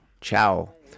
ciao